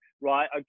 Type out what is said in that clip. right